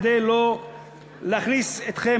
כדי לא להכניס אתכם,